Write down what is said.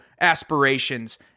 aspirations